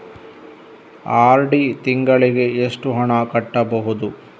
RD ತಿಂಗಳಿಗೆ ಎಷ್ಟು ಹಣ ಕಟ್ಟಬಹುದು?